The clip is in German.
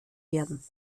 werden